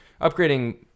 upgrading